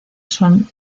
son